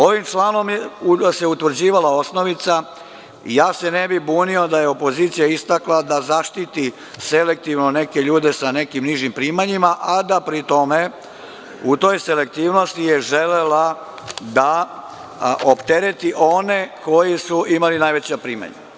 Ovim članom da se utvrđivala osnovica, ne bih se bunio da je opozicija istakla da zaštiti selektivno neke ljude sa nekim nižim primanjima, a da pri tom u toj selektivnosti je želela da optereti one koji su imalinajveća primanja.